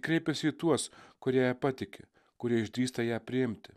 kreipiasi į tuos kurie ja patiki kurie išdrįsta ją priimti